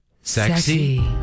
sexy